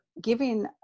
giving